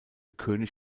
könig